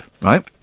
right